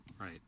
right